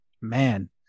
man